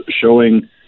showing